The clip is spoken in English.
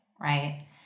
right